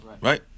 Right